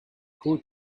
who